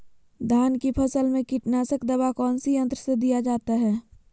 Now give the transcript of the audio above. धान की फसल में कीटनाशक दवा कौन सी यंत्र से दिया जाता है?